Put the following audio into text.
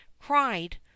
cried